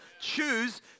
choose